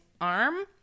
arm